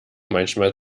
manchmal